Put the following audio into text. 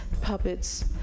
puppets